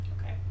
Okay